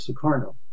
Sukarno